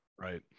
right